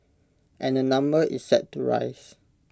and the number is set to rise